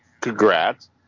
Congrats